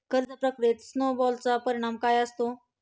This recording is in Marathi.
कर्ज प्रक्रियेत स्नो बॉलचा परिणाम काय असतो?